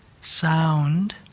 sound